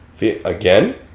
again